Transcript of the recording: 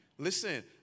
Listen